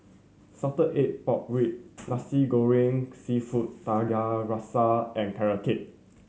salted egg pork rib Nasi Goreng Seafood Tiga Rasa and Carrot Cake